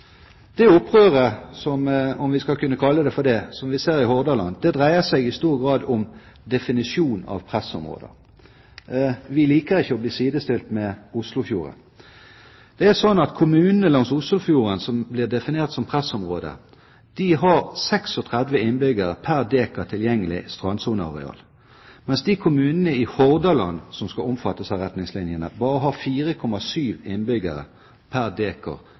Det opprøret – om vi skal kunne kalle det for det – som vi ser i Hordaland, dreier seg i stor grad om definisjon av pressområder. Vi liker ikke å bli sidestilt med Oslofjorden. Kommunene langs Oslofjorden, som blir definert som pressområde, har 36 innbyggere pr. dekar tilgjengelig strandsoneareal, mens de kommunene i Hordaland som skal omfattes av retningslinjene, bare har 4,7 innbyggere